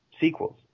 sequels